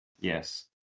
Yes